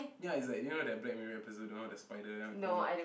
ya it's like you know that Black-Mirror episode the one with the spider